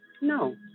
No